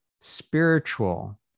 spiritual